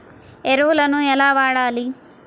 ఎరువులను ఎలా వాడాలి?